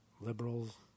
liberals